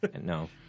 No